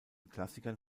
klassikern